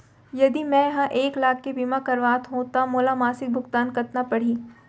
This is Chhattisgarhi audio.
यदि मैं ह एक लाख के बीमा करवात हो त मोला मासिक भुगतान कतना पड़ही?